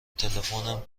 تلفنم